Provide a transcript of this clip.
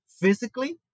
physically